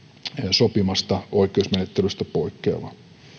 sopimasta oikeusmenettelystä poikkeavaan